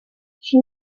she